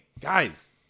guys